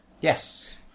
yes